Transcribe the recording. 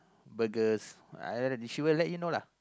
burgers I she will let you know lah